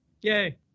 Yay